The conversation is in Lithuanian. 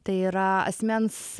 tai yra asmens